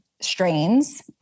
strains